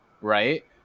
right